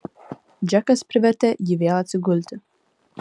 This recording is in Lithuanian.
džekas privertė jį vėl atsigulti